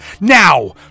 Now